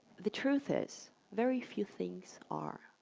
the truth is very few things are.